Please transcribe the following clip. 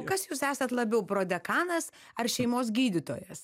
kas jūs esat labiau prodekanas ar šeimos gydytojas